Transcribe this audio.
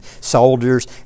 soldiers